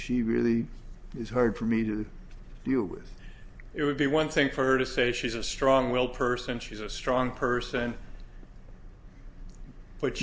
she really is hard for me to deal with it would be one thing for her to say she's a strong willed person she's a strong person but